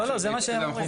לא, לא, זה מה שהם אומרים.